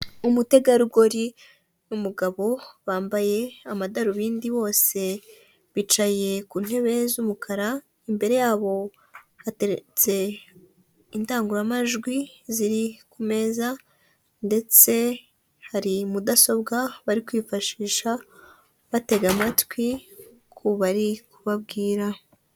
Umutegarugori n'umugabo bambaye amadarubindi bose bicaye ku ntebe z'umukara, imbere yabo hateretse indangurumajwi ziri ku meza ndetse hari mudasobwa bari kwifashisha batega amatwi ku baribabwira.